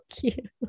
cute